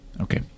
okay